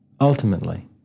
Ultimately